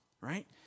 right